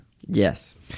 Yes